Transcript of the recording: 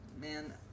Man